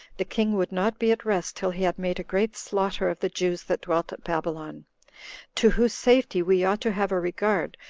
the king would not be at rest till he had made a great slaughter of the jews that dwelt at babylon to whose safety we ought to have a regard,